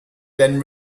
than